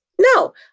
No